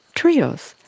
trios,